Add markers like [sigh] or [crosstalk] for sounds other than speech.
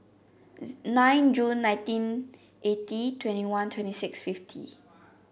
[unintelligible] nine Jun nineteen eighty twenty one twenty six fifty